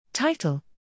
Title